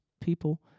people